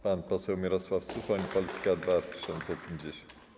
Pan poseł Mirosław Suchoń, Polska 2050.